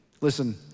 Listen